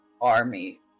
army